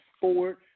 forward